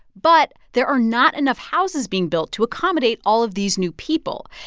but there are not enough houses being built to accommodate all of these new people.